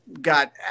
got